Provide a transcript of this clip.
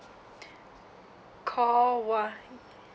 call one